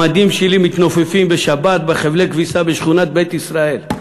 המדים שלי מתנופפים בשבת בחבלי כביסה בשכונת בית-ישראל.